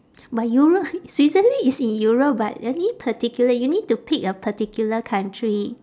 but europe switzerland is in europe but any particular you need to pick a particular country